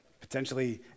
potentially